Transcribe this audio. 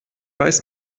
weiß